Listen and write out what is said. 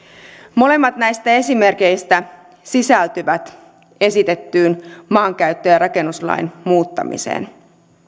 molemmat näistä esimerkeistä sisältyvät esitettyyn maankäyttö ja rakennuslain muuttamiseen